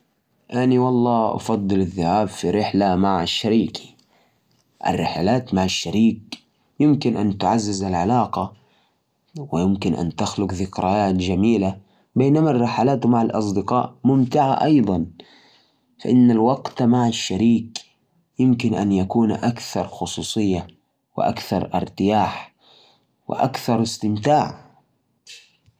والله أفضل أروح رحلة مع أصدقائي لأن الرحلات مع الأصدقاء مليانه ضحك ومغامرات وذكريات حلوة نقدر نتشارك لحظات ممتعة ونسوي أشياء جنونية مع بعض أما مع الشريك فممكن تكون رحلة رومانسية لكن مع الأصدقاء فيها حرية أكثر وحماس أكبر